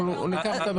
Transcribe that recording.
אנחנו ניקח אותה בחשבון.